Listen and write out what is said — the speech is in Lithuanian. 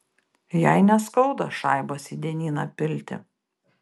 jai neskauda šaibas į dienyną pilti